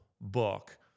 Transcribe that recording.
book